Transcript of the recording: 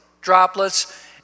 droplets